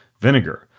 vinegar